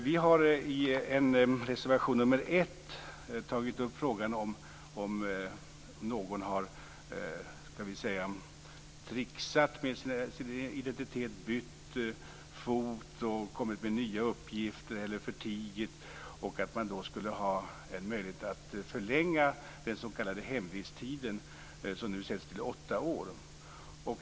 Vi har i reservation nr 1 tagit upp frågan om när någon har så att säga trixat med sin identitet, t.ex. bytt fot, kommit med nya uppgifter eller förtigit uppgifter, och att man då skulle ha en möjlighet att förlänga den s.k. hemvisttiden som nu sätts till åtta år.